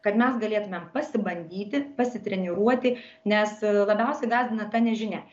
kad mes galėtumėm pasibandyti pasitreniruoti nes labiausiai gąsdina ta nežinia